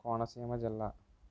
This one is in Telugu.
కోనసీమ జిల్ల